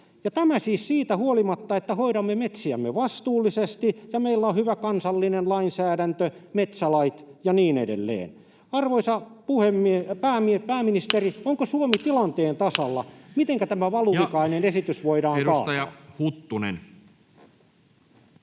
tämä siis siitä huolimatta, että hoidamme metsiämme vastuullisesti ja meillä on hyvä kansallinen lainsäädäntö, metsälait ja niin edelleen. Arvoisa pääministeri, onko Suomi tilanteen tasalla? Mitenkä tämä valuvikainen esitys voidaan kaataa?